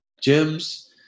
Gyms